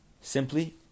simply